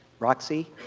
roxy?